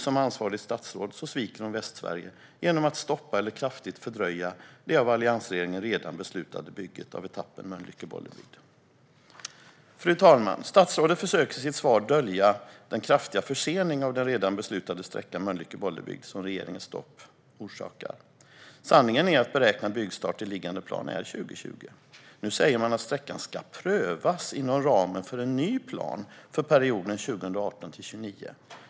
Som ansvarigt statsråd sviker hon nu Västsverige genom att stoppa eller kraftigt fördröja det av alliansregeringen redan beslutade bygget av etappen Mölnlycke-Bollebygd. Fru talman! Statsrådet försöker i sitt svar dölja den kraftiga försening av den redan beslutade sträckan Mölnlycke-Bollebygd som regeringens stopp orsakar. Sanningen är att beräknad byggstart i liggande plan är 2020. Nu säger man att sträckan ska prövas inom ramen för en ny plan för perioden 2018-2029.